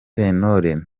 sentore